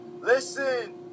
listen